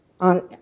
on